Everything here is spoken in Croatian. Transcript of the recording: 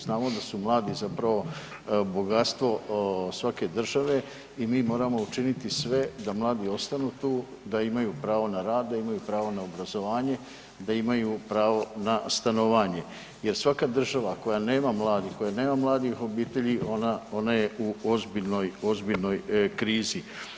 Znamo da su mladi zapravo bogatstvo svake države i mi moramo učiniti sve da mladi ostanu tu, da imaju pravo na rad, da imaju pravo na obrazovanje, da imaju pravo na stanovanje jer svaka država koja nema mladih, koja nema mladih obitelji ona je u ozbiljnoj krizi.